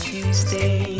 Tuesday